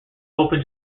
open